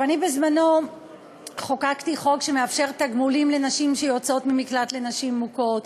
אני בזמני חוקקתי חוק שמאפשר תגמולים לנשים שיוצאות ממקלט לנשים מוכות,